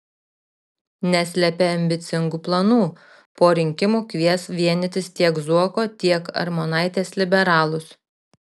neslepia ambicingų planų po rinkimų kvies vienytis tiek zuoko tiek armonaitės liberalus